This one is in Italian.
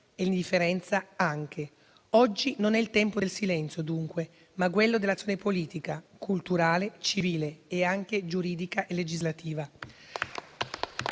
e l'indifferenza. Oggi non è il tempo del silenzio, dunque, ma quello dell'azione politica, culturale, civile e anche giuridica e legislativa.